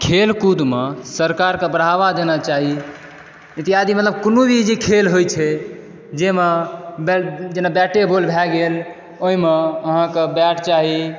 खेल कूदमे सरकारके बढ़ावा देना चाही मतलब कोनो भी जे खेल होए छै जाहिमे जेना बैटे बॉल भए गेल ओहिमे अहाँकेॅं बैट चाही